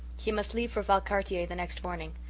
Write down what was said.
he must leave for valcartier the next morning.